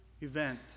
event